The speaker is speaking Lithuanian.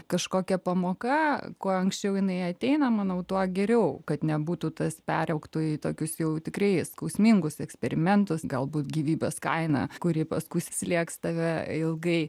kažkokia pamoka kuo anksčiau jinai ateina manau tuo geriau kad nebūtų tas peraugtų į tokius jau tikrai skausmingus eksperimentus galbūt gyvybės kaina kuri paskui slėgs tave ilgai